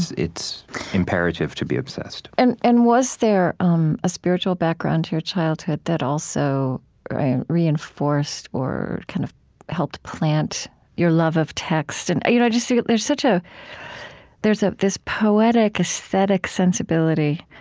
it's imperative to be obsessed and and was there um a spiritual background to your childhood that also reinforced or kind of helped plant your love of text? and you know just there's such a there's ah this poetic, aesthetic sensibility,